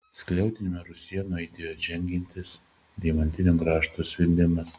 skliautiniame rūsyje nuaidėjo džeržgiantis deimantinio grąžto zvimbimas